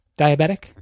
diabetic